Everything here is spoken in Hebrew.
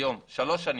שלוש שנים,